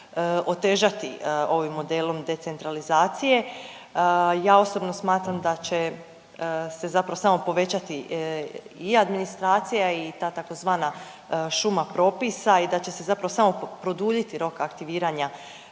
otežati ovim modelom decentralizacija? Ja osobno smatram da će se zapravo samo povećati i administracija i ta tzv. šuma propisa i da će se zapravo samo produljiti rok aktiviranja